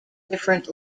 different